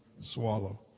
swallow